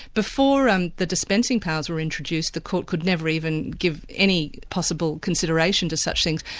before um the dispensing powers were introduced, the court could never even give any possible consideration to such things,